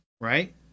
right